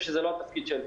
חושב שזה לא התפקיד שלנו.